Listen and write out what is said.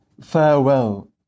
Farewell